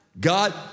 God